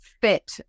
fit